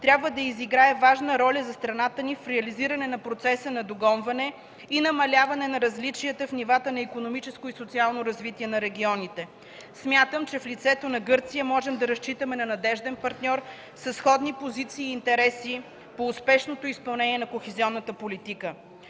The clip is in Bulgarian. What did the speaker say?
трябва да изиграе важна роля за страната ни в реализиране на процеса на догонване и намаляване на различията в нивата на икономическо и социално развитие на регионите. Смятам, че в лицето на Гърция можем да разчитаме на надежден партньор със сходни позиции и интереси по успешното изпълнение на кохезионната политика.